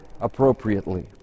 appropriately